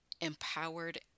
empowered